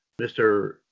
Mr